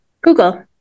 Google